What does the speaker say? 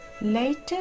later